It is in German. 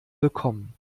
bekommen